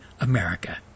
America